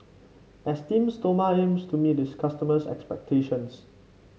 Esteem Stoma aims to meet its customers' expectations